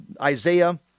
Isaiah